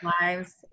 lives